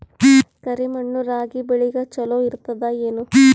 ಕರಿ ಮಣ್ಣು ರಾಗಿ ಬೇಳಿಗ ಚಲೋ ಇರ್ತದ ಏನು?